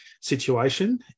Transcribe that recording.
situation